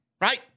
right